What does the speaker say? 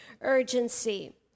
urgency